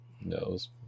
knows